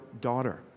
daughter